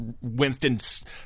Winston